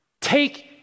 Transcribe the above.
Take